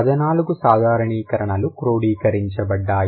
14 సాధారణీకరణలు క్రోడీకరించబడ్డాయి